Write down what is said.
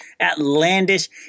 outlandish